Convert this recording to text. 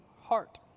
heart